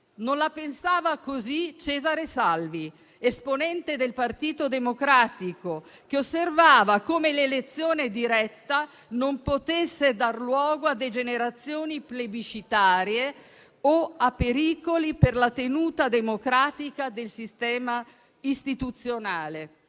Non la pensava così Cesare Salvi, esponente del Partito Democratico, che osservava come l'elezione diretta non potesse dar luogo a degenerazioni plebiscitarie o a pericoli per la tenuta democratica del sistema istituzionale;